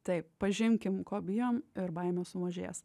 taip pažinkim ko bijom ir baimė sumažės